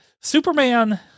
Superman